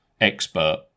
expert